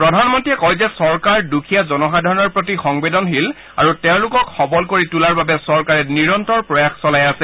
প্ৰধানমন্ত্ৰীয়ে কয় যে চৰকাৰ দুখীয়া জনসাধাৰণৰ প্ৰতি সংবেদনশীল আৰু তেওঁলোকক সৱল কৰি তোলাৰ বাবে চৰকাৰে নিৰন্তৰ প্ৰয়াস চলাই আছে